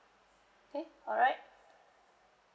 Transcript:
okay alright